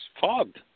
fogged